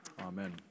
Amen